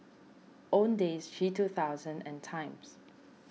Owndays G two thousand and Times